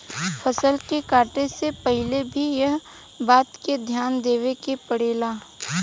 फसल के काटे से पहिले भी एह बात के ध्यान देवे के पड़ेला